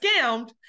scammed